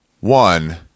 One